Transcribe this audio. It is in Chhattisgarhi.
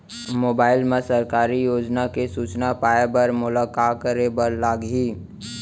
मोबाइल मा सरकारी योजना के सूचना पाए बर मोला का करे बर लागही